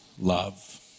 love